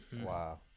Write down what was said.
wow